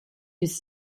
his